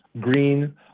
green